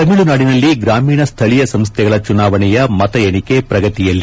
ತಮಿಳುನಾಡಿನಲ್ಲಿ ಗ್ರಾಮೀಣ ಸ್ಥಳೀಯ ಸಂಸ್ಥೆಗಳ ಚುನಾವಣೆಯ ಮತ ಎಣಿಕೆ ಪ್ರಗತಿಯಲ್ಲಿ